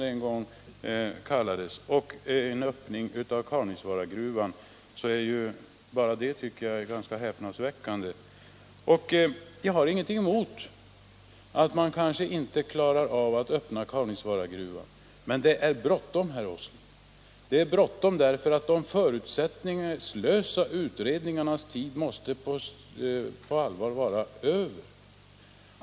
Stålverk 80, som det en gång kallades, med Kaunisvaaragruvan. Det finner jag ganska häpnadsväckande. Jag kan ha förståelse för att man inte nu klarar av att öppna Kaunisvaaragruvan. Men det är bråttom med nya jobb, herr Åsling. Det är bråttom därför att de förutsättningslösa utredningarnas tid nu måste vara förbi.